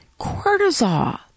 Cortisol